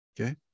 okay